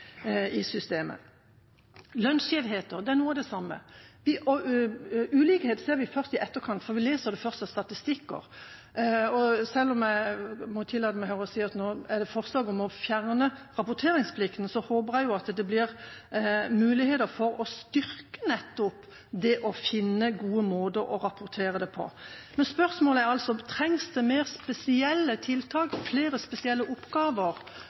systemet. Lønnsskjevheter er noe av det samme. Ulikhet ser vi først i etterkant, for vi leser det først av statistikker. Selv om jeg må tillate meg her å si at nå er det forslag om å fjerne rapporteringsplikten, håper jeg jo at det blir muligheter for å styrke nettopp det å finne gode måter å rapportere det på. Men spørsmålet er altså: Trengs det mer spesielle tiltak, flere spesielle oppgaver